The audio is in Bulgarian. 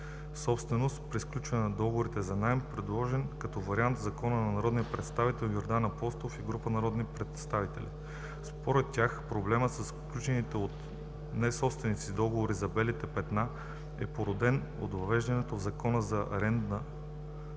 собственост при сключването на договори за наем, предложен като вариант в законопроекта на народния представител Йордан Апостолов и група народни представители. Според тях проблемът със сключените от несобственици договори за „белите петна“ е породен от въведения в Закона за арендата